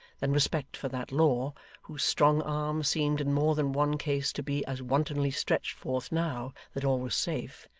than respect for that law whose strong arm seemed in more than one case to be as wantonly stretched forth now that all was safe,